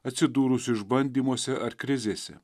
atsidūrusių išbandymuose ar krizėse